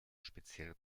speziell